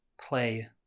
play